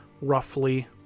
roughly